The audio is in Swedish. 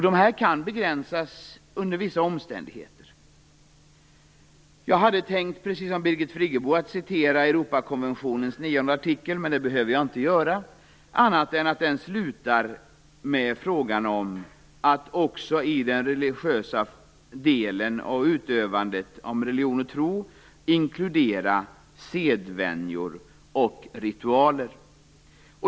Dessa kan begränsas under vissa omständigheter. Jag hade tänkt att, precis som Birgit Friggebo gjorde, citera Europakonventionens artikel 9, men det behöver jag inte göra annat än att tala om att den slutar med frågan om att också i den religiösa delen av utövandet av religion och tro inkludera sedvänjor och ritualer.